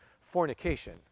fornication